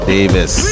Davis